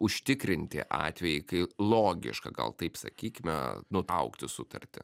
užtikrinti atvejai kai logiška gal taip sakykime nutraukti sutartį